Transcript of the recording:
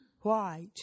white